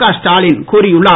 கஸ்டாலின் கூறியுள்ளார்